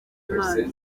imana